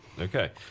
Okay